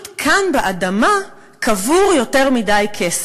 כאן באדמה קבור יותר מדי כסף,